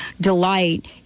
delight